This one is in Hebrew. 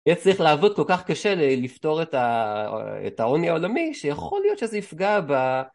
יהיה צריך לעבוד כל כך קשה לפתור את העוני העולמי, שיכול להיות שזה יפגע ב...